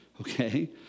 okay